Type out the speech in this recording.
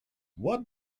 what